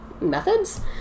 methods